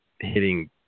hitting